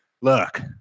Look